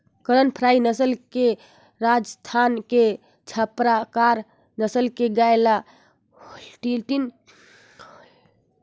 करन फ्राई नसल ल राजस्थान के थारपारकर नसल के गाय ल होल्सटीन फ्रीजियन नसल के गोल्लर के वीर्यधान करके बिकसित करल गईसे